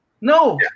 No